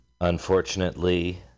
unfortunately